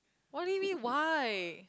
what do you mean why